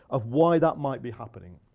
of why that might be happening.